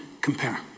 compare